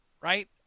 right